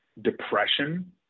depression